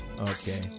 Okay